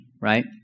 right